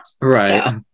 Right